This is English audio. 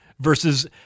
versus